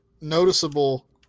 noticeable